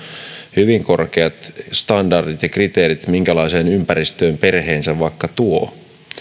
hyvin korkeat standardit ja kriteerit minkälaiseen ympäristöön he vaikkapa perheensä tuovat